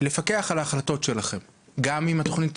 הוא לפקח על ההחלטות שלכם וזה גם אם התוכנית